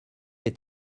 est